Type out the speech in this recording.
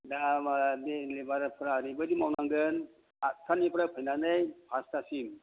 दा मा बे लेबारफ्रा ओरैबायदि मावनांगोन आतथानिफ्राय फैनानै फासथासिम